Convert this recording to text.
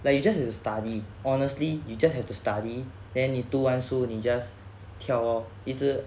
like you just have to study honestly you just have to study then 你读完书你 just 跳 oh 一直